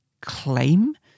claim